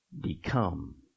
become